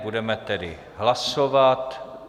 Budeme tedy hlasovat.